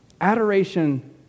Adoration